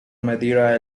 madeira